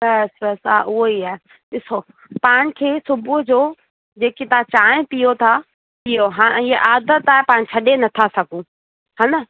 त असां सां उहो ई आहे ॾिसो पाण खे सुबुह जो जेकी तव्हां चांहि पियो था पियो हा इहा आदति आहे पाणि छॾे नथा सघूं हा न